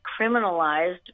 criminalized